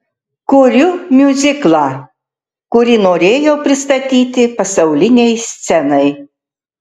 kuriu miuziklą kurį norėjau pristatyti pasaulinei scenai